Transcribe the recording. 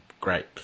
great